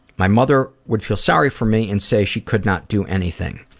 my mother would feel sorry for me and say she could not do anything.